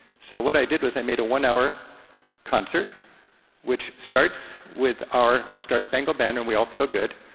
so what i did was i made a one hour concert which starts with our star spangled banner, and we all feel good,